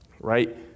Right